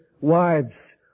wives